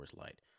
Light